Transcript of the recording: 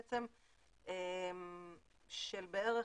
של בערך